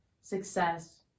success